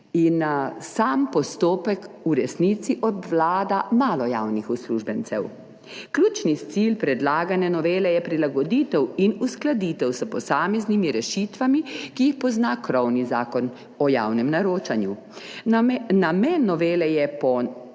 in sam postopek v resnici obvlada malo javnih uslužbencev. Ključni cilj predlagane novele je prilagoditev in uskladitev s posameznimi rešitvami, ki jih pozna krovni zakon, Zakon o javnem naročanju. Namen novele je